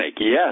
yes